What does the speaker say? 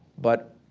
but,